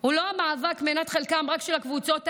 הוא לא רק מנת חלקן של הקבוצות המוחלשות,